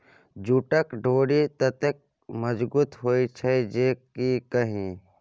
जूटक डोरि ततेक मजगुत होए छै जे की कही